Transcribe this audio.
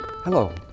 Hello